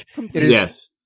Yes